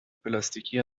پلاستیکی